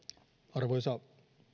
arvoisa